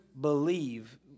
believe